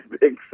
big